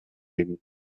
geben